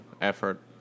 effort